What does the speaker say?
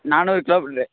நானூறு கிலோமீட்ரு